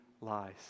lies